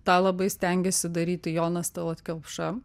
tą labai stengėsi daryti jonas talat kelpša